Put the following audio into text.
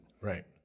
right